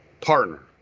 partner